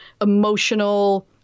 emotional